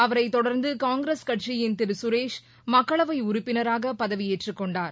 அவரை தொடர்ந்து காங்கிரஸ் கட்சியின் திரு கரேஷ் மக்களவை உறுப்பினராக பதவியேற்றுக் கொண்டார்